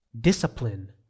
discipline